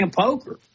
poker